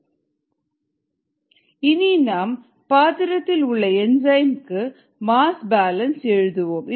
எனவே rgP rP k3ES இனி நாம் பாத்திரத்தில் உள்ள என்சைம் க்கு மாஸ் பேலன்ஸ் எழுதுவோம்